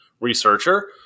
researcher